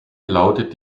lautet